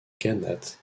gannat